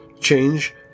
change